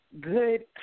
good